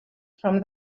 from